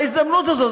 בהזדמנות הזאת,